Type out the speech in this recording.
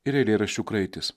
ir eilėraščių kraitis